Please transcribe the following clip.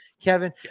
Kevin